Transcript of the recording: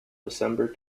december